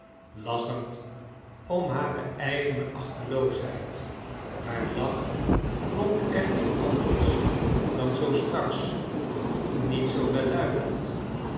lachend om hare edgene achteloosheid haar lach klonk echter anders dan zoo straks niet zoo